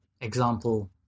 example